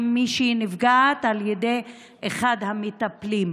אם מישהי נפגעת על ידי אחד המטפלים,